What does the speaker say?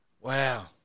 Wow